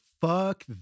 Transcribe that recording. fuck